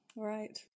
right